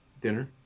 dinner